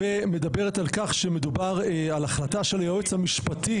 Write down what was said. ומדברת על כך שמדובר על החלטה של היועץ המשפטי